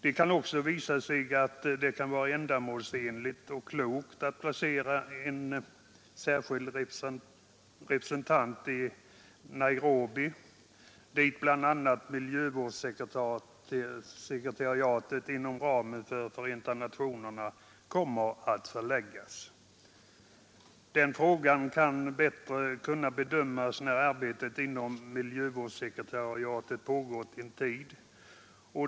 Det kan visa sig ändamålsenligt och klokt att placera en särskild representant i Nairobi, dit bl.a. miljövårdssekretariatet inom FN kommer att förläggas. Den frågan kan bättre bedömas när arbetet inom miljövårdssekretariatet pågått en tid.